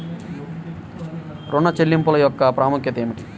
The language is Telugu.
ఋణ చెల్లింపుల యొక్క ప్రాముఖ్యత ఏమిటీ?